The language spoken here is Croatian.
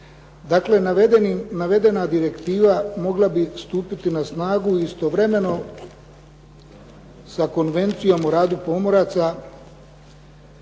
Dakle, navedena Direktiva mogla bi stupiti na snagu istovremeno sa Konvencijom o radu pomoraca.